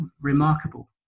remarkable